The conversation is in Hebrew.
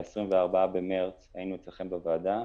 ב-24 במארס היינו אצלכם בוועדה,